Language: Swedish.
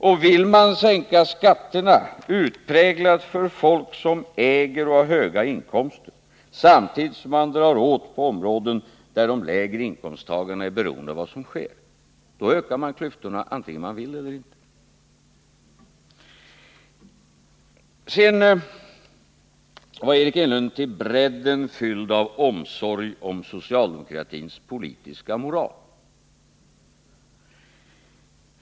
Och vill man sänka skatterna utpräglat för folk som äger och som har höga inkomster samtidigt som man drar åt skruven på områden där de lägre inkomsttagarna är beroende av vad som sker, då ökar man klyftorna antingen man vill eller inte. Sedan var Eric Enlund till brädden fylld av omsorg om socialdemokratins politiska moral.